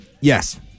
Yes